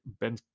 Ben